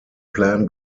plan